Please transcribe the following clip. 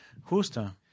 justa